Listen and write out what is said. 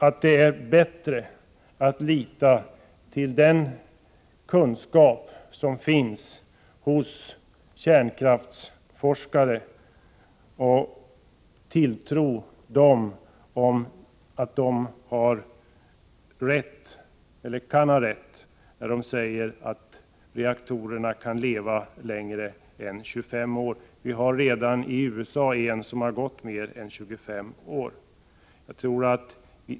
Det är nog bättre att lita till den kunskap som finns hos kärnkraftsforskare och sätta tilltro till att de kan ha rätt när de säger att reaktorer kan leva längre än 25 år. I USA finns redan en reaktor som har gått mer än 25 år.